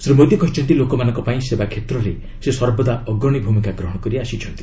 ଶ୍ରୀ ମୋଦି କହିଛନ୍ତି ଲୋକମାନଙ୍କ ପାଇଁ ସେବା କ୍ଷେତ୍ରରେ ସେ ସର୍ବଦା ଅଗ୍ରଣୀ ଭୂମିକା ଗ୍ରହଣକରି ଆସିଛନ୍ତି